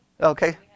Okay